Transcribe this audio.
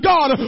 God